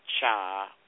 Cha